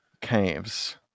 caves